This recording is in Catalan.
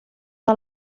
del